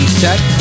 set